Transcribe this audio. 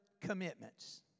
commitments